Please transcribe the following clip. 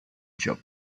job